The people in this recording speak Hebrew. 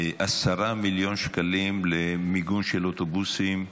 10 מיליון שקלים למיגון של אוטובוסים.